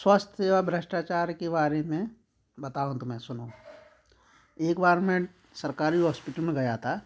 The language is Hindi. स्वास्थ्य सेवा भ्रष्टाचार के बारे में बताऊँ तुम्हें सुनो एकबार मैं सरकारी हॉस्पिटल में गया था